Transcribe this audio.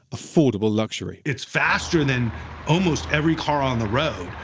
affordable luxury. it's faster than almost every car on the road.